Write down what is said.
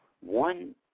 one